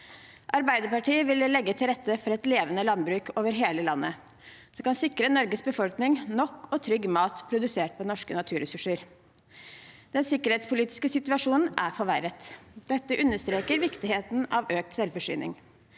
Arbeiderpartiet vil legge til rette for et levende landbruk over hele landet. Vi skal sikre Norges befolkning nok og trygg mat produsert på norske naturressurser. Den sikkerhetspolitiske situasjonen er forverret. Dette understreker viktigheten av økt selvforsyning,